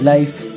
Life